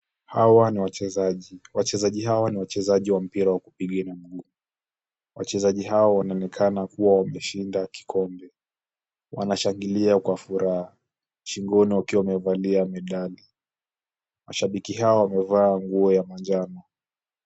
Hawa ni wachezaji, wachezaji hawa ni wachezaji wa mpira wa kupiga na mguu. Wachezaji hawa wanaonekana kuwa wameshinda kikombe. Wanashangilia kwa furaha, shingoni wakiwa wamevalia medali. Mashabiki hao wamevaa nguo ya manjano.